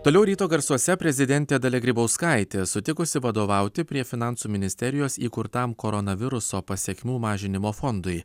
toliau ryto garsuose prezidentė dalia grybauskaitė sutikusi vadovauti prie finansų ministerijos įkurtam koronaviruso pasekmių mažinimo fondui